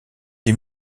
des